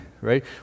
right